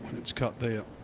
it's cut there.